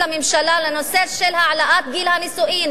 עקרונית, לממשלה, לנושא של העלאת גיל הנישואין.